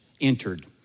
entered